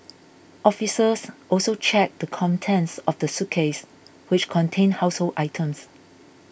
officers also checked the contents of the suitcase which contained household items